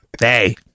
Hey